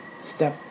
step